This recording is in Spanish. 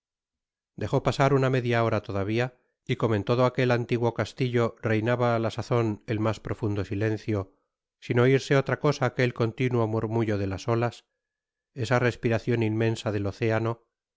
dejó pasar una media hora todavia y como en todo aquel antiguo castillo reinaba á la sazon el mas profundo silencio sin oirse otra cosa que el continuo murmullo de las olas esa respiracion inmensa del océano